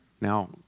Now